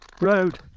Road